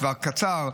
לטווח קצר,